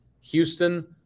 Houston